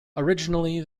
originally